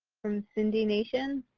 from cindy nation.